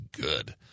good